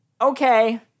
Okay